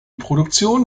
produktion